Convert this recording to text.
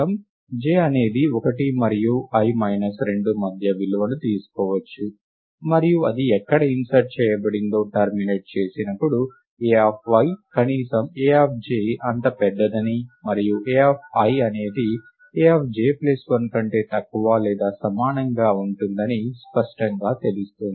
j అనేది 1 మరియు i minus 2 మధ్య విలువను తీసుకోవచ్చు మరియు అది ఎక్కడ ఇన్సర్ట్ చేయబడిందో టెర్మినేట్ చేసినప్పుడు Ai కనీసం Aj అంత పెద్దదని మరియు Ai అనేది aj1 కంటే తక్కువ లేదా సమానంగా ఉంటుందని స్పష్టంగా తెలుస్తుంది